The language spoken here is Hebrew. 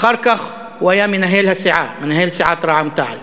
אחר כך הוא היה מנהל הסיעה, מנהל סיעת רע"ם-תע"ל.